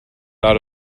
out